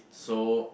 so